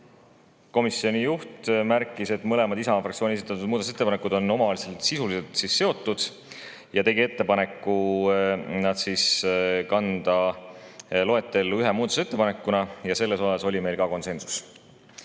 Komisjoni juht märkis, et mõlemad Isamaa fraktsiooni esitatud muudatusettepanekud on omavahel sisuliselt seotud, ning tegi ettepaneku nad kanda loetellu ühe muudatusettepanekuna, ja selles oli meil ka konsensus.